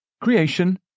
creation